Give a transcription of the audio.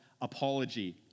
apology